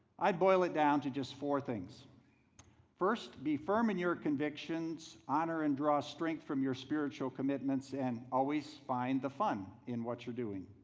i'd boil it down to just four things first be firm in your convictions, honor and draw strength from your spiritual commitments and always find the fun in what you're doing.